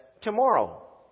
tomorrow